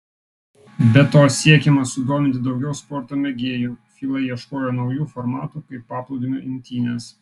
be to siekdama sudominti daugiau sporto mėgėjų fila ieškojo naujų formatų kaip paplūdimio imtynės